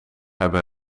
hebben